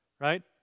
Right